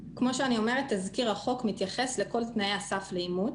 כמו שאני אומרת תזכיר החוק מתייחס לכל תנאי הסף לאימוץ.